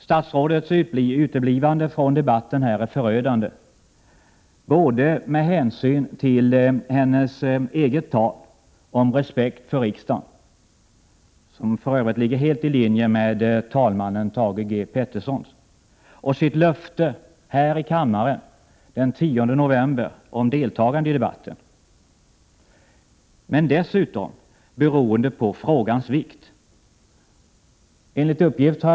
Statsrådets uteblivande från debatten i dag är förödande, både med hänsyn till hennes eget tal om respekt för riksdagen — som för övrigt ligger helt i linje med talmannen Thage G Petersons inställning — och med hänsyn till hennes löfte, som hon avgav här i kammaren den 10 november, att delta i dagens debatt. Dessutom är justitieministerns frånvaro förödande med tanke på frågans vikt.